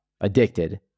addicted